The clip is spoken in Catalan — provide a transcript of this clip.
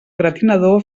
gratinador